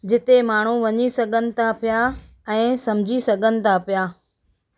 जिते माण्हू वञी सघनि था पिया ऐं सम्झी सघनि था पिया